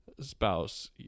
spouse